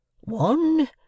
One